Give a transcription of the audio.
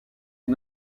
est